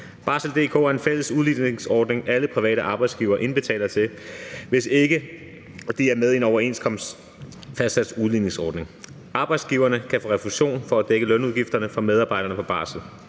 Barsel.dk er en fælles udligningsordning, alle private arbejdsgivere indbetaler til, hvis ikke de er med i en overenskomstfastsat udligningsordning. Arbejdsgiverne kan få refusion for at dække lønudgifterne for medarbejdere på barsel.